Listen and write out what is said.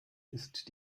ist